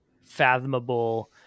fathomable